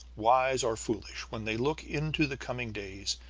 wise or foolish, when they look into the coming days,